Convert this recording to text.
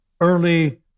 early